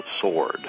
Sword